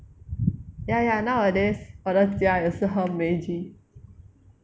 ya ya nowadays 我的家也是喝 Meiji